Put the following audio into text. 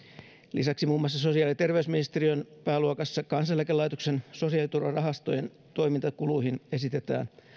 lisäksi muun muassa sosiaali ja terveysministeriön pääluokassa kansaneläkelaitoksen sosiaaliturvarahastojen toimintakuluihin esitetään